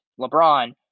LeBron